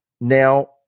now